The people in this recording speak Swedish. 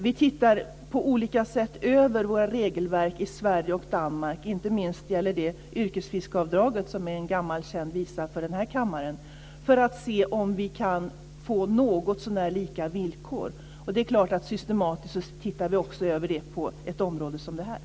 Vi tittar på olika sätt över våra regelverk i Sverige och Danmark - det gäller inte minst yrkesfiskeavdraget, som ju är en gammal känd visa för den här kammaren - för att se om vi kan få någotsånär lika villkor. Vi tittar förstås också över dem systematiskt på ett område som detta.